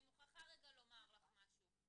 אני מוכרחה רגע לומר לך משהו,